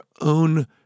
own